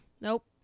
Nope